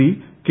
C K